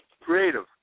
Creative